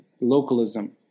localism